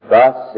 Thus